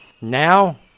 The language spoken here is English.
Now